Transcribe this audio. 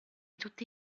tutti